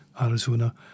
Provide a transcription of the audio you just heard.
Arizona